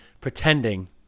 pretending